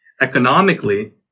Economically